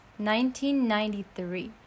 1993